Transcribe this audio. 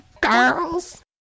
Girls